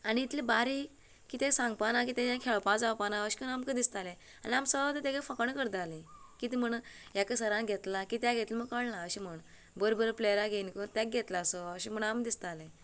आनी इतले बारीक की तें सांगपाना की तें खेळपाक जावपाना अशें करून आमकां दिसताले आनी आमी सद्दां तेगे फकाणां करताली कितें म्हण हेका सरान घेतला कित्याक घेतलां म्हण कळना अशें म्हण बरें बरें प्लेयरांक घेयना करून तेका घेतलां असो अशें म्हणून आमकां दिसताले